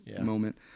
moment